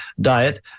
diet